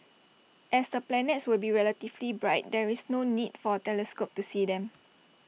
as the planets will be relatively bright there is no need for A telescope to see them